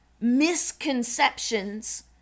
misconceptions